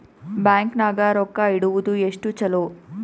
Bank ನಾಗ ರೊಕ್ಕ ಇಡುವುದು ಎಷ್ಟು ಚಲೋ?